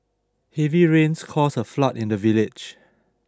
heavy rains caused a flood in the village